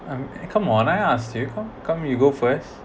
um come on I asked you come come you go first